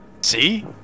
See